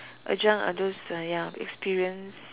adjunct are those ah ya experienced